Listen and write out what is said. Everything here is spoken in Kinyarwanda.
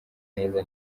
neza